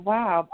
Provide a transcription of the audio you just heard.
Wow